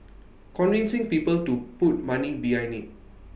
convincing people to put money behind IT